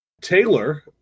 Taylor